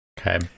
Okay